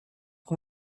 can